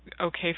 okay